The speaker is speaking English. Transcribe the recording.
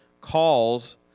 calls